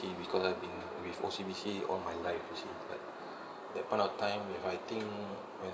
because I've been with O_C_B_C all my life you see but that point of time where I think